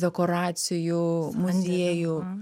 dekoracijų muziejų